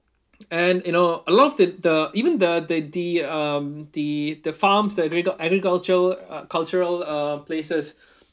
and you know a lot of the the even though the the the um the the farms that got agricultural uh cultural uh places